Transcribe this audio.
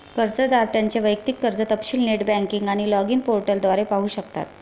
कर्जदार त्यांचे वैयक्तिक कर्ज तपशील नेट बँकिंग आणि लॉगिन पोर्टल द्वारे पाहू शकतात